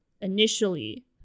initially